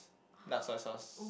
dark soy sauce